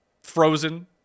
frozen